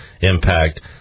impact